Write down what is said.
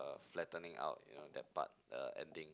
uh flattening out you know that part the ending